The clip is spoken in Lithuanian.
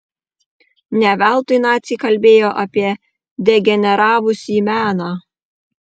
ne veltui naciai kalbėjo apie degeneravusį meną